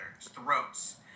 throats